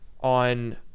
on –